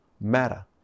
matter